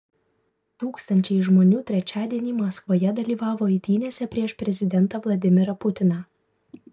tūkstančiai žmonių trečiadienį maskvoje dalyvavo eitynėse prieš prezidentą vladimirą putiną